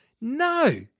No